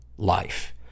life